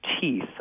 teeth